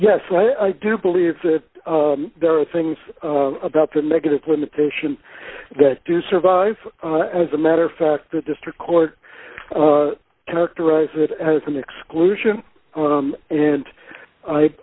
yes i do believe that there are things about the negative limitation that do survive as a matter of fact the district court characterize it as an exclusion and i